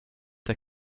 der